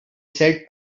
said